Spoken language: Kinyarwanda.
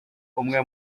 umwe